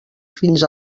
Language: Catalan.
fins